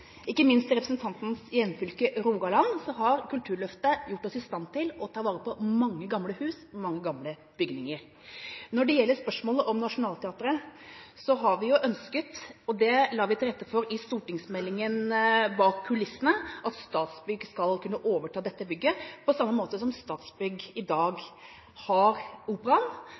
Ikke minst i representantens hjemfylke, Rogaland, har Kulturløftet gjort oss i stand til å ta vare på mange gamle hus, mange gamle bygninger. Når det gjelder spørsmålet om Nationaltheatret, har vi jo ønsket – og det la vi til rette for i stortingsmeldingen Bak kulissene – at Statsbygg skal kunne overta dette bygget på samme måte som Statsbygg i dag har Operaen,